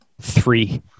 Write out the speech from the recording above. three